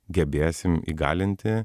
gebėsim įgalinti